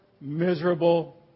miserable